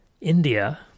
India